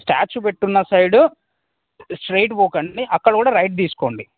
statue పెట్టున్న side straight పోకండి అక్కడ కూడా రైట్ తీసుకోండి